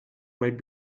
might